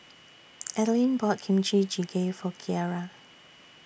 Adelyn bought Kimchi Jjigae For Kyara